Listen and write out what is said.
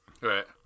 Right